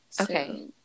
Okay